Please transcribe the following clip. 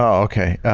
um okay.